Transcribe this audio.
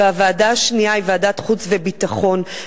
והוועדה השנייה היא ועדת חוץ וביטחון.